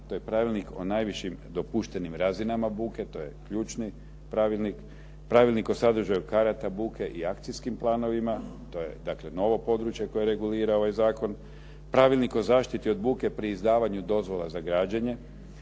To je Pravilnik o najvišim dopuštenim razinama buke, to je ključni pravilnik, Pravilnik o sadržaju karata buke i akcijskim planovima, to je dakle novo područje koje regulira ovaj zakon, Pravilnik o zaštiti od buke pri izdavanju dozvola za građenje,